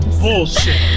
bullshit